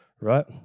Right